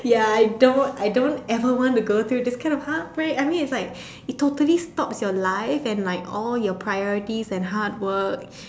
ya I don't I don't ever want to go through this kind of heartbreak I mean it's like it totally stops your life your priority and hard work